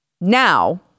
now